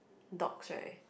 Dorcas right